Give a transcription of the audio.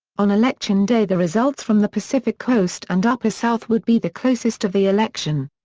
on election day the results from the pacific coast and upper south would be the closest of the election.